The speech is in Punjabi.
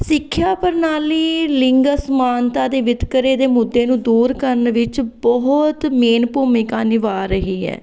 ਸਿੱਖਿਆ ਪ੍ਰਣਾਲੀ ਲਿੰਗ ਅਸਮਾਨਤਾ ਦੇ ਵਿਤਕਰੇ ਦੇ ਮੁੱਦੇ ਨੂੰ ਦੂਰ ਕਰਨ ਵਿੱਚ ਬਹੁਤ ਮੇਨ ਭੂਮਿਕਾ ਨਿਭਾ ਰਹੀ ਹੈ